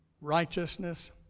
Righteousness